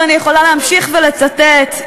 ואני יכולה להמשיך לצטט,